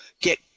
get